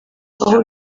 aho